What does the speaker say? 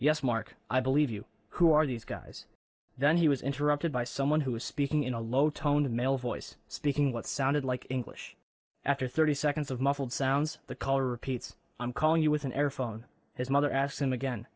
yes mark i believe you who are these guys then he was interrupted by someone who was speaking in a low tone a male voice speaking what sounded like english after thirty seconds of muffled sounds the caller repeats i'm calling you with an air phone his mother asks him again